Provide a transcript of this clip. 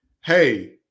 hey